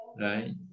right